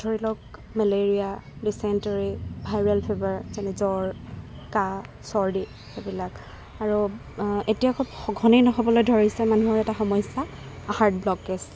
ধৰি লওঁক malaria dysentery viral fever জ্বৰ কাহ চৰ্দী সেইবিলাক আৰু এতিয়া খুব সঘনেই হ'বলৈ ধৰিছে মানুহৰ এটা সমস্যা হাৰ্ট ব্লকেজ